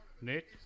Nick